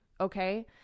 okay